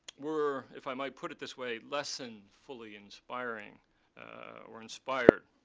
were, if i might put it this way, less than fully inspiring or inspired.